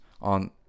on